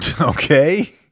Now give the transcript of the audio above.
okay